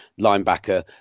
linebacker